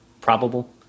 probable